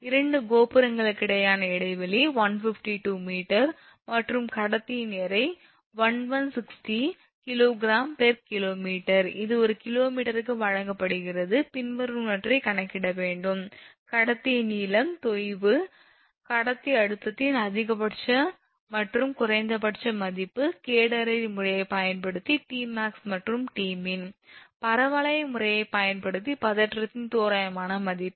இரண்டு கோபுரங்களுக்கிடையேயான இடைவெளி 152 𝑚 மற்றும் கடத்தியின் எடை 1160 𝐾𝑔km இது ஒரு கிலோமீட்டருக்கு வழங்கப்படுகிறது பின்வருவனவற்றைக் கணக்கிட வேண்டும் a கடத்தியின் நீளம் b தொய்வு c கடத்தி அழுத்தத்தின் அதிகபட்ச மற்றும் குறைந்தபட்ச மதிப்பு கேடனரி முறையைப் பயன்படுத்தி 𝑇𝑚𝑎𝑥 மற்றும் 𝑇𝑚𝑖𝑛 d பரவளைய முறையைப் பயன்படுத்தி பதற்றத்தின் தோராயமான மதிப்பு